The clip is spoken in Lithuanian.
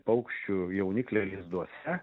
paukščių jaunikliai lizduose